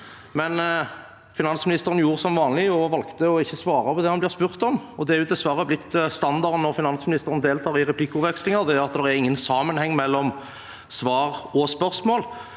men finansministeren valgte som vanlig å ikke svare på det han ble spurt om. Det er dessverre blitt standarden når finansministeren deltar i replikkvekslinger. Det er ingen sammenheng mellom svar og spørsmål.